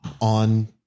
on